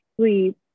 sleep